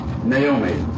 Naomi